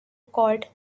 called